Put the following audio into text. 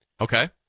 Okay